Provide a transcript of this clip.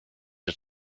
het